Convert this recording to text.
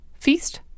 Feast